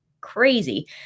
crazy